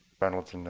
reynolds you know